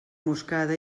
moscada